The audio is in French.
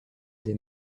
des